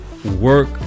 work